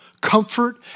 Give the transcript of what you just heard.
comfort